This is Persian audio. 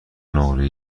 نقره